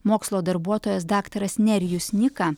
mokslo darbuotojas daktaras nerijus nika